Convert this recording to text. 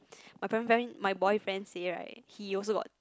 my friend friend my boyfriend say right he also got